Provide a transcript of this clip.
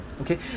Okay